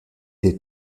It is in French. des